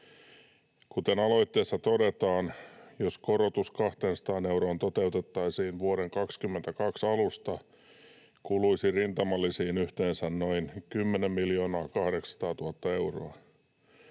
Aloitteessa todetaan, että jos korotus 200 euroon toteutettaisiin vuoden 22 alusta, kuluisi rintamalisiin yhteensä noin 10 800 000 euroa.